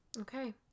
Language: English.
Okay